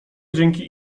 dzięki